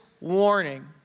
warning